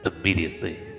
immediately